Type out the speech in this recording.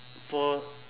for